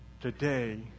today